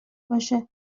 باشه